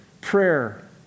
prayer